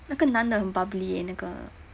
那个男的很 bubbly and 那个